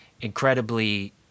incredibly